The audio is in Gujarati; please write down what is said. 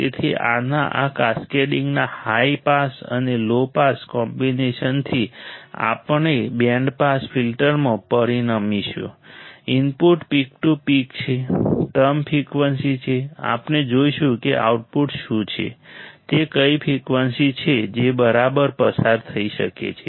તેથી આના આ કેસ્કેડીંગના હાઈ પાસ અને લો પાસ કોમ્બિનેશનથી આપણે બેન્ડ પાસ ફિલ્ટરમાં પરિણમીશું ઇનપુટ પીક ટુ પીક તે ટર્મ ફ્રિકવન્સી છે આપણે જોઈશું કે આઉટપુટ શું છે તે કઈ ફ્રીક્વન્સી છે જે બરાબર પસાર થઈ શકે છે